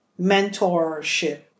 mentorship